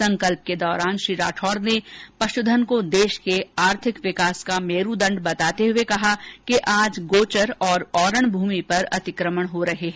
संकल्प के दौरान श्री राठौड़ ने पशुधन को देश के आर्थिक विकास का मेरूदंड बताते हुए कहा कि आज गोचर और औरण भूमि पर अतिक्रमण हो रहे है